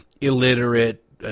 illiterate